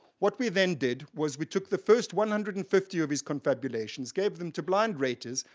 what we then did was we took the first one hundred and fifty of his confabulations, gave them to blind raters,